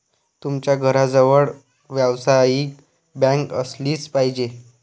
तुमच्या घराजवळ व्यावसायिक बँक असलीच पाहिजे